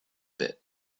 bit